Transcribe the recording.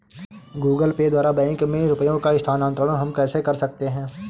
Google Pay द्वारा bank में रुपयों का स्थानांतरण हम कैसे कर सकते हैं?